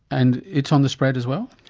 and it's on the spread as well?